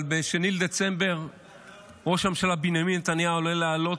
אבל ב-2 בדצמבר ראש הממשלה בנימין נתניהו עומד לעלות